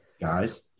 guys